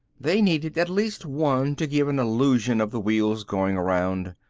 they needed at least one to give an illusion of the wheels going around.